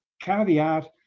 caveat